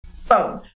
Phone